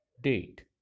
date